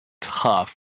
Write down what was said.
tough